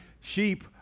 Sheep